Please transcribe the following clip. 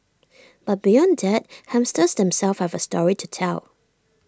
but beyond that hamsters themselves have A story to tell